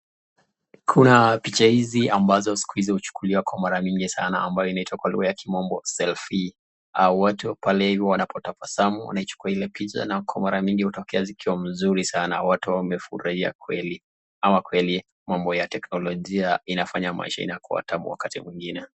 Kuna picha hizi ambazo siku hizi huchukuliwa kwa mara mingi sana ambayo inaitwa kwa lugha ya kimombo selfie .watu pale hivi wanapo tabasamu wanachukua ile picha na kwa mara mingi hutokea zikiwa mzuri sana. Watu wamefurahia kweli ama kweli mambo ya teknolojia inafanya maisha inakuwa tamu wakati mwingine.